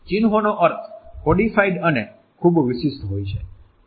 ચિન્હોનો અર્થ કોડિફાઇડ અને ખૂબ વિશિષ્ટ હોય છે